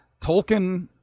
Tolkien